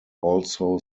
also